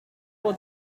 for